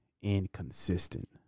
inconsistent